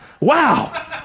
wow